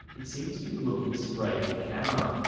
it seems to be looking straight at the camera.